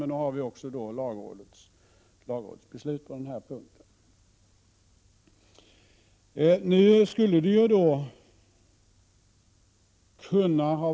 Men nu har vi också ett lagrådsbeslut på den punkten.